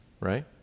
right